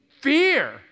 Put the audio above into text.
Fear